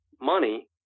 money